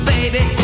Baby